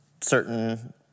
certain